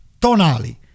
Tonali